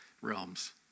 realms